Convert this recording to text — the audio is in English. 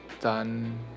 done